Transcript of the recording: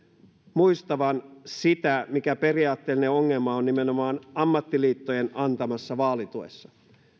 muistavan sitä mikä periaatteellinen ongelma on nimenomaan ammattiliittojen antamassa vaalituessa